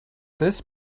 this